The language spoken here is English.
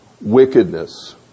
wickedness